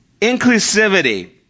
Inclusivity